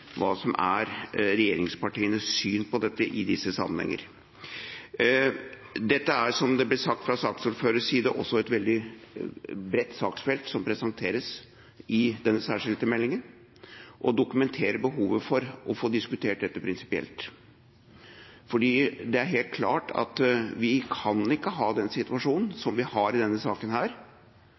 hva som er regjeringspartienes syn på dette i disse sammenhenger. Det er, som det ble sagt fra saksordførerens side, også et veldig bredt saksfelt som presenteres i denne særskilte meldingen, og dokumenterer behovet for å få diskutert dette prinsipielt. Det er helt klart at vi kan ikke ha den situasjonen, som vi har i denne saken,